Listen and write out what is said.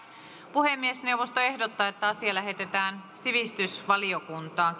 puhemiesneuvosto ehdottaa että asia lähetetään sivistysvaliokuntaan